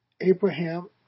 Abraham